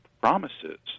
promises